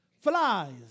flies